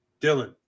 Dylan